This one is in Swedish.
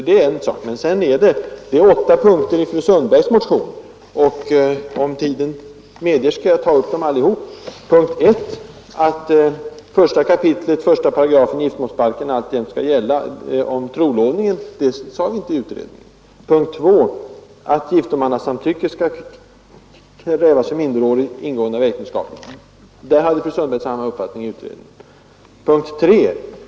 Det finns åtta punkter i den motion där fru Sundberg står som första namn, och om tiden medger skall jag ta upp dem allihop. 2. Giftomannasamtycke skall krävas för minderårigas ingående av äktenskap. Där hade fru Sundberg samma uppfattning i utredningen. 3.